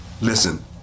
Listen